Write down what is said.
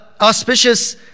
auspicious